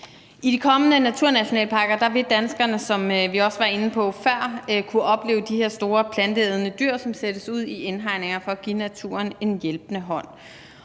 I de kommende naturnationalparker vil danskerne, som vi også var inde på før, kunne opleve de her store planteædende dyr, som sættes ud i indhegninger for at give naturen en hjælpende hånd.